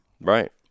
Right